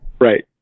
Right